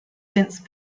since